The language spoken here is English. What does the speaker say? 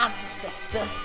ancestor